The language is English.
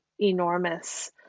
enormous